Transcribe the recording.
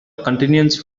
continuance